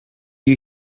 you